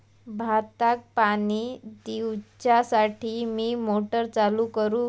भाताक पाणी दिवच्यासाठी मी मोटर चालू करू?